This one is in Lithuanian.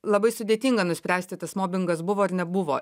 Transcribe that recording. labai sudėtinga nuspręsti tas mobingas buvo ar nebuvo